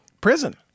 prison